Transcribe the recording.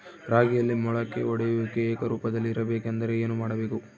ರಾಗಿಯಲ್ಲಿ ಮೊಳಕೆ ಒಡೆಯುವಿಕೆ ಏಕರೂಪದಲ್ಲಿ ಇರಬೇಕೆಂದರೆ ಏನು ಮಾಡಬೇಕು?